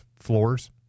floors